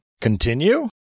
Continue